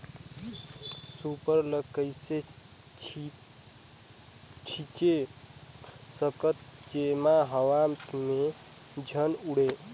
Super ल कइसे छीचे सकथन जेमा हवा मे झन उड़े?